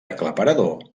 aclaparador